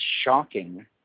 shocking